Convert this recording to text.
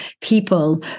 people